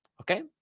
Okay